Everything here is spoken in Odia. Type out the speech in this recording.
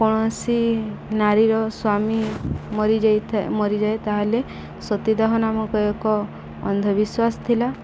କୌଣସି ନାରୀର ସ୍ୱାମୀ ମରିଯାଇଥାଏ ମରିଯାଏ ତା'ହେଲେ ସତୀଦାହ ନାମକ ଏକ ଅନ୍ଧବିଶ୍ୱାସ ଥିଲା